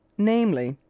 namely,